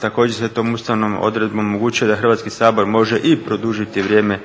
Također se tom ustavnom odredbom omogućuje da Hrvatski sabor može i produžiti vrijeme